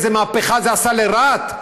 איזו מהפכה זה עשה לרהט?